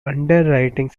underwriting